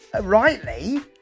rightly